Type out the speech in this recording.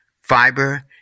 fiber